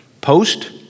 Post